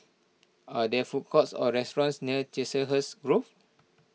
are there food courts or restaurants near Chiselhurst Grove